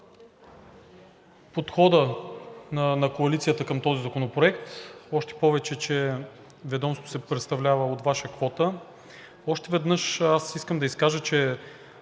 подхода на коалицията към този законопроект, още повече, че ведомството се представлява от Вашата квота. Още веднъж аз искам да кажа, че